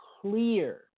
clear